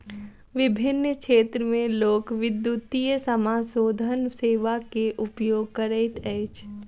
विभिन्न क्षेत्र में लोक, विद्युतीय समाशोधन सेवा के उपयोग करैत अछि